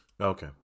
okay